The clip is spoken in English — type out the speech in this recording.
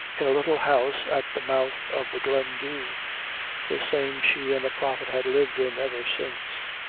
in a little house at the mouth of the glendhu the same she and the prophet had lived in ever since.